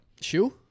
Shoe